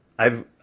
i've